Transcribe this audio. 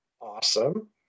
awesome